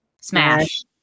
smash